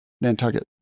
Nantucket